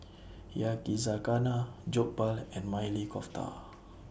Yakizakana Jokbal and Maili Kofta